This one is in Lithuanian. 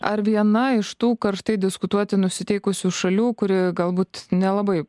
ar viena iš tų karštai diskutuoti nusiteikusių šalių kuri galbūt nelabai